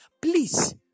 Please